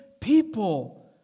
people